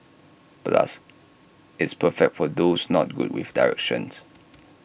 plus it's perfect for those not good with directions